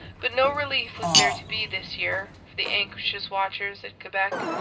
but no relief was there to be this year for the anxious watchers at quebec.